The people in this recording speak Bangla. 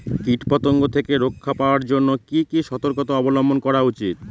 কীটপতঙ্গ থেকে রক্ষা পাওয়ার জন্য কি কি সর্তকতা অবলম্বন করা উচিৎ?